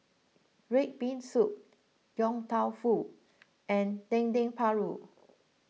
Red Bean Soup Yong Tau Foo and Dendeng Paru